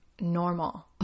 normal